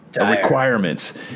requirements